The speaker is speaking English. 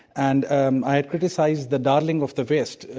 and um i criticized the darling of the west,